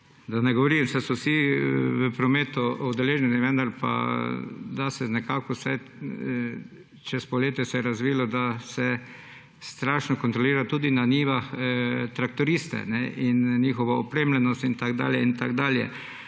da ne govorim, saj so vsi v prometu udeleženi, vendar pa – vsaj čez poletje se je to razvilo, da se strašno kontrolira tudi na njivah traktoriste in njihovo opremljenost in tako dalje in tako dalje.